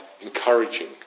encouraging